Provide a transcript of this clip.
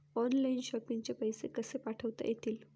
Online shopping चे पैसे कसे पाठवता येतील?